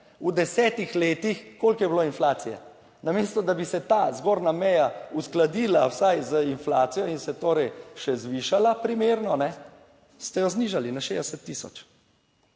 V desetih letih, koliko je bilo inflacije? Namesto, da bi se ta zgornja meja uskladila vsaj z inflacijo in se torej še zvišala primerno ne ste jo znižali na 60 tisoč